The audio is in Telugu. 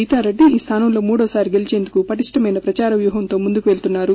గీతారెడ్డి ఈ స్థానంలో మూడవసారి గెలిచేందుకు పటిష్టమైన ప్రదార వ్యూహంలో ముందుకు వెళుతున్నారు